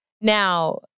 Now